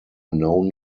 known